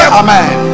amen